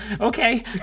Okay